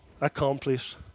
accomplish